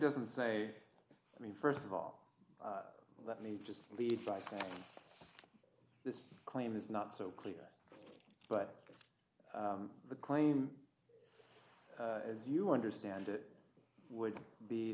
doesn't say i mean st of all let me just lead by saying this claim is not so clear but the claim as you understand it would be